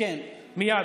מייד,